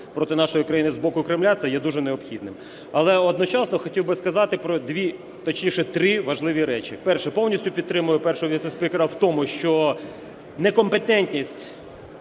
проти нашої країни з боку Кремля, це є дуже необхідним. Але одночасно хотів би сказати про дві, точніше, три важливі речі. Перше. Повністю підтримую першого віцеспікера в тому, що некомпетентність